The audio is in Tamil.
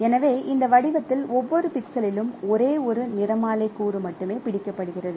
எனவே இந்த வடிவத்தில் ஒவ்வொரு பிக்சலிலும் ஒரே ஒரு நிறமாலை கூறு மட்டுமே பிடிக்கப்படுகிறது